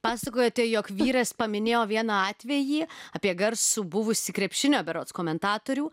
pasakojote jog vyras paminėjo vieną atvejį apie garsų buvusį krepšinio berods komentatorių